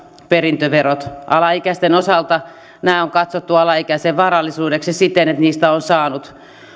perintöverot alaikäisten osalta nämä on katsottu alaikäisen varallisuudeksi siten että niistä on saanut